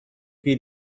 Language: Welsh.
gei